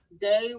Day